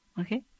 Okay